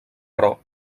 però